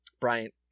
Bryant